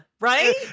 right